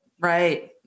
Right